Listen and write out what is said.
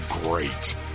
great